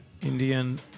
Indian